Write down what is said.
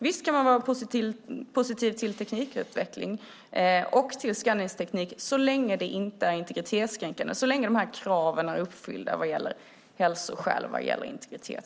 Visst kan man vara positiv till teknikutveckling och till skanningsteknik så länge den inte är integritetskränkande och så länge kraven är uppfyllda vad gäller hälsa och integritet.